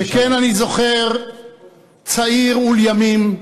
שכן אני זוכר צעיר, עול ימים,